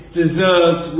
deserves